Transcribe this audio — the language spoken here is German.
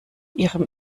ihrem